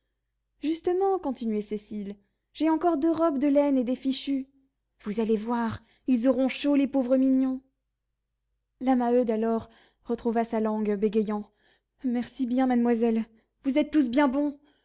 justement continuait cécile j'ai encore deux robes de laine et des fichus vous allez voir ils auront chaud les pauvres mignons la maheude alors retrouva sa langue bégayant merci bien mademoiselle vous êtes tous bien bons